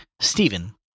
Stephen